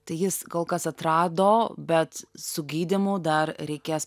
tai jis kol kas atrado bet su gydymu dar reikės